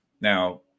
now